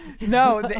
No